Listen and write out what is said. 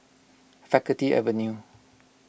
Faculty Avenue